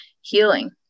healing